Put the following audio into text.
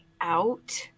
out